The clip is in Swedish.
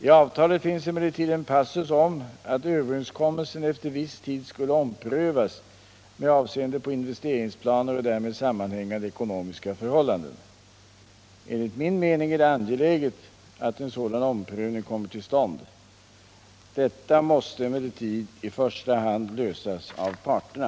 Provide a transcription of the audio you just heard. I avtalet finns emellertid en passus om att överenskommelsen efter viss tid skulle omprövas med avseende på investeringsplaner och därmed sammanhängande ekonomiska förhållanden. Enligt min mening är det angeläget att en sådan omprövning kommer till stånd. Detta måste emellertid i första hand lösas av parterna.